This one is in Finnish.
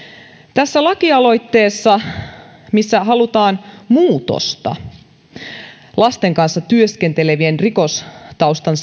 tässä lakialoitteessa halutaan muutosta lasten kanssa työskentelevien rikostaustan